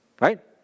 right